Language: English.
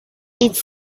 each